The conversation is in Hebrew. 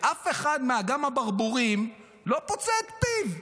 ואף אחד מאגם הברבורים לא פוצה את פיו.